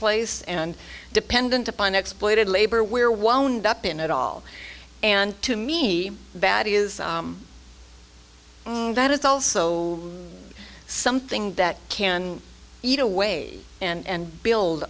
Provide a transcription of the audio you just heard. place and dependent upon exploited labor where wound up in it all and to me bad is that is also something that can eat away and build